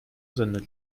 seine